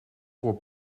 voor